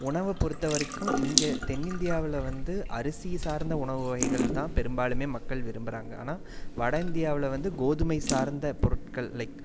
உணவை பொறுத்த வரைக்கும் இங்கெ தென்னிந்தியாவில் வந்து அரிசியை சார்ந்த உணவு வகைகள்தான் பெரும்பாலும் மக்கள் விரும்புகிறாங்க ஆனால் வட இந்தியாவில் வந்து கோதுமை சார்ந்த பொருட்கள் லைக்